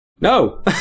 No